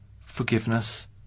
forgiveness